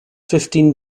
fifteen